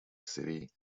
city